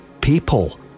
People